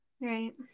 Right